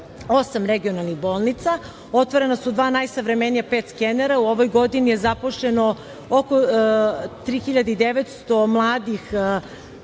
osam regionalnih bolnica. Otvorena su dva najsavremenija pet skenera, u ovoj godini je zaposleno oko 3.900 mladih